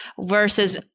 Versus